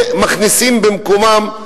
ומכניסים במקומם,